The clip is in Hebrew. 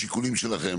בשיקולים שלכן,